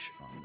on